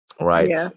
Right